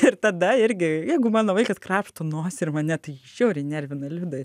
ir tada irgi jeigu mano vaikas krapšto nosį ir mane tai žiauriai nervina liudai